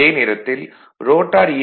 அதே நேரத்தில் ரோட்டார் ஈ